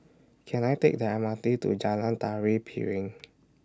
Can I Take The M R T to Jalan Tari Piring